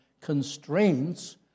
constraints